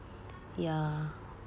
ya